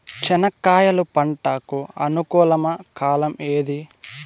చెనక్కాయలు పంట కు అనుకూలమా కాలం ఏది?